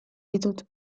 ditut